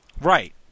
Right